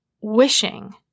wishing